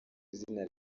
izina